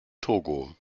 togo